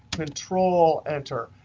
control enter,